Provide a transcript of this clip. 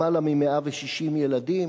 למעלה מ-160 ילדים.